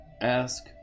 ask